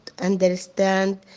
understand